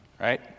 right